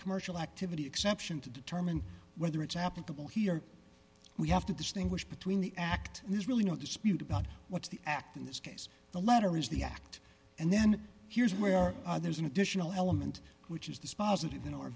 commercial activity exception to determine whether it's applicable here we have to distinguish between the act and there's really no dispute about what's the act in this case the letter is the act and then here's where there's an additional element which is